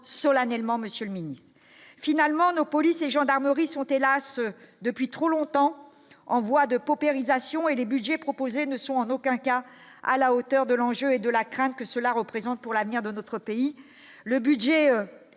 solennellement, Monsieur le Ministre finalement nos polices et gendarmeries sont hélas depuis trop longtemps en voie de paupérisation et les Budgets proposés ne sont en aucun cas à la hauteur de l'enjeu et de la crainte que cela représente pour l'avenir de notre pays, le budget